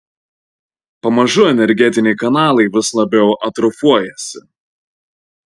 pamažu energetiniai kanalai vis labiau atrofuojasi